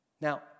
Now